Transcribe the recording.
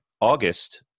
August